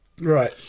Right